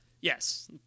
Yes